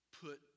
put